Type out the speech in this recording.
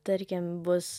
tarkim bus